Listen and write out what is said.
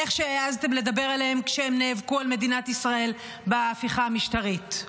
איך שהעזתם לדבר עליהם כשהם נאבקו על מדינת ישראל בהפיכה המשטרית.